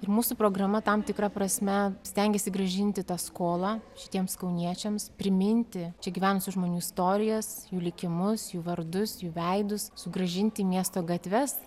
ir mūsų programa tam tikra prasme stengėsi grąžinti tą skolą šitiems kauniečiams priminti čia gyvenusių žmonių istorijas jų likimus jų vardus jų veidus sugrąžinti į miesto gatves